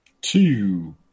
Two